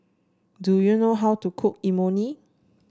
do you know how to cook Imoni